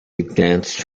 advanced